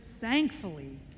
thankfully